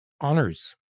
honors